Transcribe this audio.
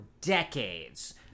decades